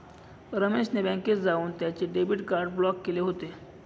रमेश ने बँकेत जाऊन त्याचे डेबिट कार्ड ब्लॉक केले होते